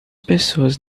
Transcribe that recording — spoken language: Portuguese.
pessoas